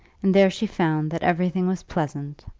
and there she found that everything was pleasant.